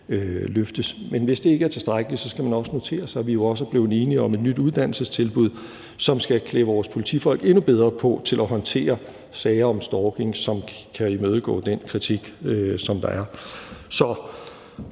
Men hvis det ikke er tilstrækkeligt, skal man også notere sig, at vi jo også er blevet enige om et nyt uddannelsestilbud, som skal klæde vores politifolk endnu bedre på til at håndtere sager om stalking. Det kan imødegå den kritik, som der er.